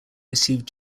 received